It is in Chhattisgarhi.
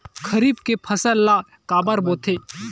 खरीफ के फसल ला काबर बोथे?